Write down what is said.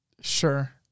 Sure